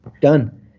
done